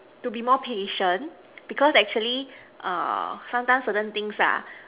to be more patient because actually err sometimes certain things ah